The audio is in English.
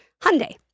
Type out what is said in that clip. Hyundai